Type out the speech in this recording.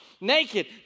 naked